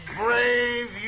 brave